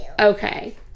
Okay